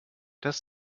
das